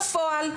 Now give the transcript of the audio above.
בפועל,